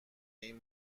این